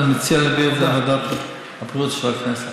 אני מציע להעביר את זה לוועדת הבריאות של הכנסת.